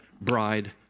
bride